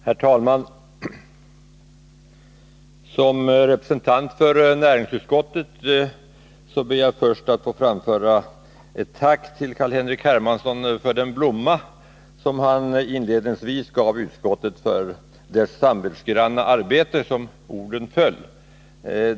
Herr talman! Som representant för näringsutskottet ber jag först att få framföra ett tack till Carl-Henrik Hermansson för den blomma som han inledningsvis gav utskottet för dess samvetsgranna arbete — som orden föll.